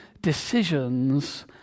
decisions